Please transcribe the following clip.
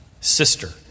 sister